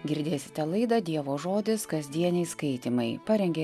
girdėsite laidą dievo žodis kasdieniai skaitymai parengė